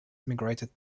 migrated